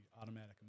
automatic